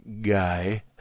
guy